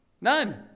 None